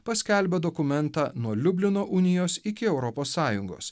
paskelbė dokumentą nuo liublino unijos iki europos sąjungos